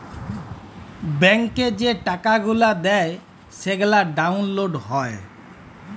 ব্যাংকে যে টাকা গুলা দেয় সেগলা ডাউল্লড হ্যয়